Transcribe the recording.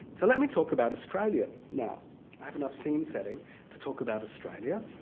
so let me talk about australia now i have enough scene setting to talk about australia.